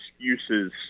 excuses